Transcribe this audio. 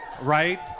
Right